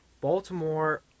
Baltimore